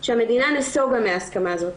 שהמדינה נסוגה מההסכמה הזאת.